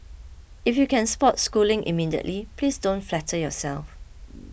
if you can spot schooling immediately please don't flatter yourself